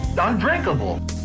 undrinkable